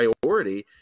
priority